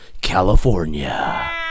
California